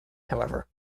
however